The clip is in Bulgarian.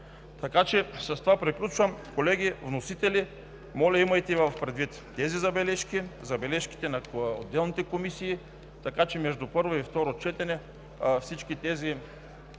по един или друг начин? Колеги, вносители, моля, имайте предвид тези забележки, забележките на отделните комисии, така че между първо и второ четене всички тези